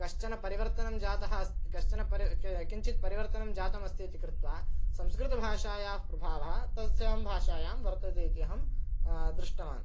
कश्चन परिवर्तनं जातः अस् कश्चन परि कि किञ्चित् परिवर्तनं जातमस्ति इति कृत्वा संस्कृतभाषायाः प्रभावः तस्यां भाषायां वर्तते इति अहं दृष्टवान्